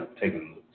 taking